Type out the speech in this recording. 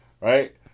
Right